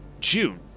june